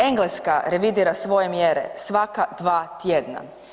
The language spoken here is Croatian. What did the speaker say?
Engleska revidira svoje mjere svaka 2 tjedna.